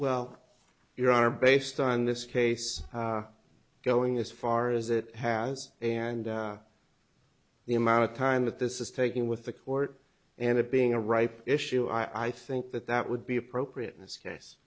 well your honor based on this case going as far as it has and the amount of time that this is taking with the court and it being a ripe issue i think that that would be appropriate in this case